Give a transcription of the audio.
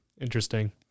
Interesting